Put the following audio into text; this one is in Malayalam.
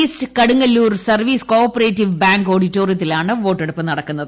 east Kadungalloor service co operative bank ഓഡിറ്റോറിയത്തിലാണ് വോട്ടെടുപ്പ് നടക്കുന്നത്